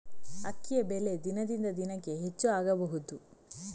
ಅಕ್ಕಿಯ ಬೆಲೆ ದಿನದಿಂದ ದಿನಕೆ ಹೆಚ್ಚು ಆಗಬಹುದು?